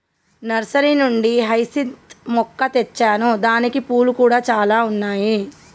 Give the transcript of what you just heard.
nursery నుండి hyacinth మొక్క తెచ్చాను దానికి పూలు కూడా చాల ఉన్నాయి